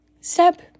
Step